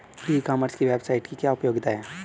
ई commerce की website की क्या उपयोगिता है?